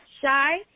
shy